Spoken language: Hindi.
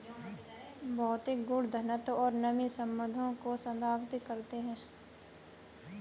भौतिक गुण घनत्व और नमी संबंधों को संदर्भित करते हैं